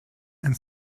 and